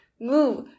move